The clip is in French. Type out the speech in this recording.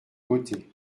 côté